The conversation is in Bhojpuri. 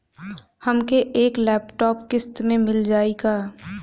हमके एक लैपटॉप किस्त मे मिल जाई का?